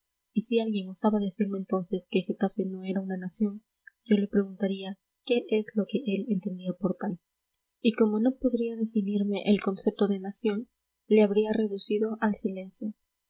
y si alguien osaba decirme entonces que getafe no era una nación yo le preguntaría qué es lo que él entendía por tal y como no podría definirme el concepto de nación le habría reducido al silencio